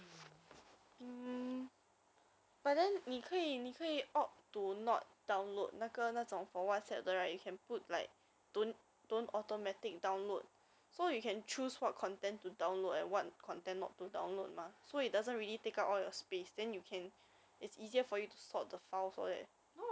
those wechat actually downloaded from given by wechat ah so 我还是 prefer whatsapp than wechat eh wechat is not so user friendly like you wanted to add somebody you must uh get the person to add you as a friend first then you can send them message